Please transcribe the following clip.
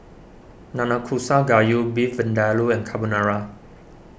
Nanakusa Gayu Beef Vindaloo and Carbonara